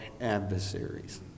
adversaries